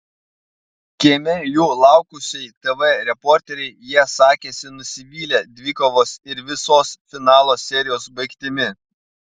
kieme jų laukusiai tv reporterei jie sakėsi nusivylę dvikovos ir visos finalo serijos baigtimi